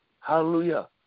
Hallelujah